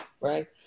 right